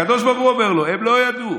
הקדוש ברוך הוא אומר לו: הם לא ידעו.